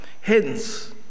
Hence